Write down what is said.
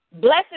Blessed